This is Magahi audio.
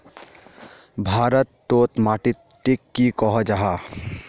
भारत तोत माटित टिक की कोहो जाहा?